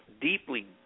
deeply